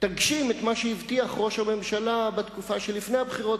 תגשים את מה שהבטיח ראש הממשלה בתקופה שלפני הבחירות,